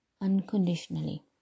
unconditionally